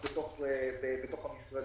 בתוך המשרדים,